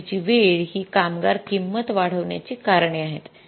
मजुरीची वेळ ही कामगार किंमत वाढवण्याची कारणे आहेत